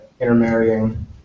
intermarrying